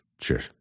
Cheers